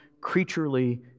creaturely